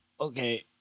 Okay